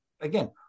again